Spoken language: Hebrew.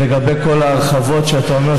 ולגבי כל ההרחבות שאתה אומר,